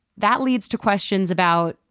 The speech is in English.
that leads to questions about,